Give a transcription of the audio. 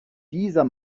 dieser